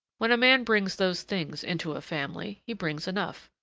when a man brings those things into a family, he brings enough.